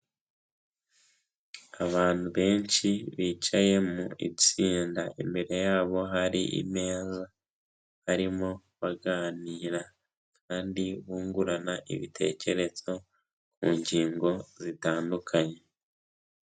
Abantu benshi bicaye mu itsinda, imbere yabo hari imeza, barimo baganira kandi bungurana ibitekerezo ku ngingo zitandukanye.